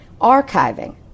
archiving